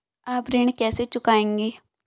आप ऋण कैसे चुकाएंगे?